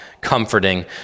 comforting